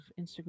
instagram